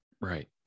Right